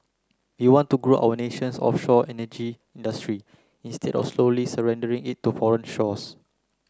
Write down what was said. we want to grow our nation's offshore energy industry instead of slowly surrendering it to foreign shores